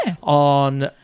on